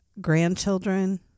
grandchildren